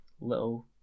little